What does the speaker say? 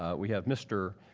ah we have mr.